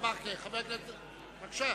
חבר הכנסת יואל חסון, בבקשה.